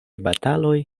bataloj